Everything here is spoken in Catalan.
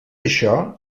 això